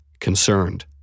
concerned